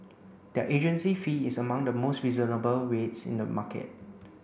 their agency fee is among the most reasonable rates in the market